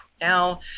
now